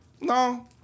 No